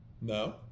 No